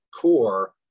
core